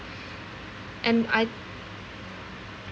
and I